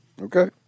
Okay